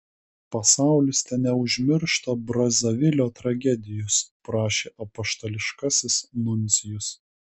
pasaulis teneužmiršta brazavilio tragedijos prašė apaštališkasis nuncijus